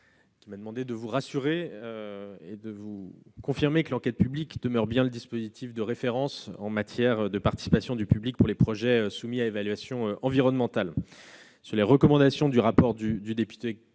m'a demandé de vous rassurer et de vous confirmer que l'enquête publique demeure bien le dispositif de référence en ce qui concerne la participation du public pour les projets soumis à évaluation environnementale. Sur les recommandations du rapport du député